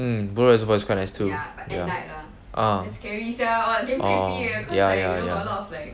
mm bedok reservoir is quite nice too ya ah oh ya ya ya